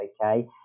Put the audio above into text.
okay